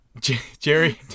Jerry